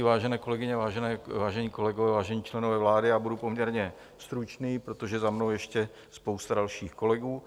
Vážené kolegyně, vážení kolegové, vážení členové vlády, budu poměrně stručný, protože za mnou je ještě spousta dalších kolegů.